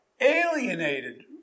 alienated